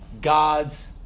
God's